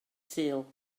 sul